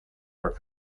are